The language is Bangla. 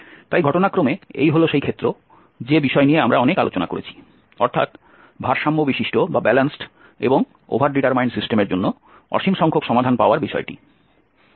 তাই ঘটনাক্রমে এই হল সেই ক্ষেত্র যে বিষয় নিয়ে আমরা অনেক আলোচনা করেছি অর্থাৎ ভারসাম্য বিশিষ্ট এবং ওভার ডিটারমাইন্ড সিস্টেমের জন্য অসীম সংখ্যক সমাধান পাওয়ার বিষয়টি